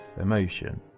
emotion